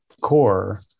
core